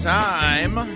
time